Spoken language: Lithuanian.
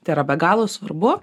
tai yra be galo svarbu